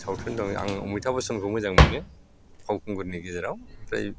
सावथुन दं आं अमिताब बच्चनखौ मोजां मोनो फावखुंगुरनि गेजेराव आमफ्राय